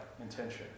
intention